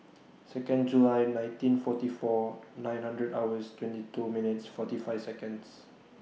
Second July nineteen forty four nine hundred hours twenty two minutes forty five Seconds